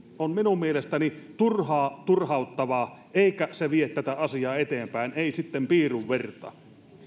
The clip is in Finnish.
on minun mielestäni turhaa turhauttavaa eikä se vie tätä asiaa eteenpäin ei sitten piirun vertaa